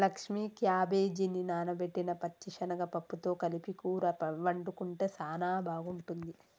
లక్ష్మీ క్యాబేజిని నానబెట్టిన పచ్చిశనగ పప్పుతో కలిపి కూర వండుకుంటే సానా బాగుంటుంది